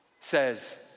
says